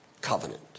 covenant